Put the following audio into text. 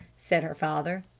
said her father.